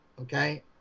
Okay